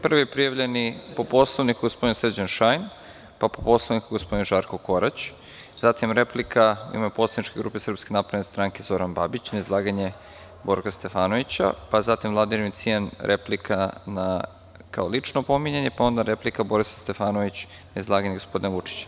Prvi prijavljeni po Poslovniku je gospodin Srđan Šajn, pa po Poslovniku gospodin Žarko Korać, zatim replika u ime poslaničke grupe SNS - Zoran Babić, na izlaganje Borka Stefanovića, pa zatim Vladimir Cvijan, replika kao lično pominjanje, pa onda replika Borislava Stefanovića na izlaganje gospodina Vučića.